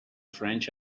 french